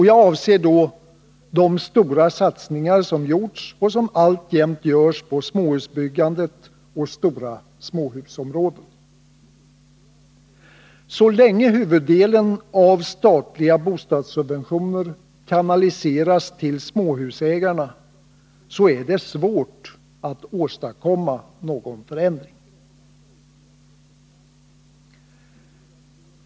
Jag avser då de stora satsningar som gjorts och som alltjämt görs på småhusbyggandet och stora småhusområden. Så länge huvuddelen av de statliga bostadssubventionerna kanaliseras till småhusägarna är det svårt att åstadkomma någon förändring.